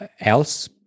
else